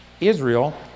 Israel